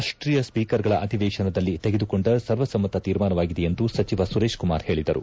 ರಾಷ್ಟೀಯ ಸ್ಪೀಕರ್ಗಳ ಅಧಿವೇಶನದಲ್ಲಿ ತೆಗೆದುಕೊಂಡ ಸರ್ವಸಮ್ಮತ ತೀರ್ಮಾನವಾಗಿದೆ ಎಂದು ಸಚಿವ ಸುರೇಶ್ ಕುಮಾರ್ ಹೇಳಿದರು